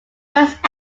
first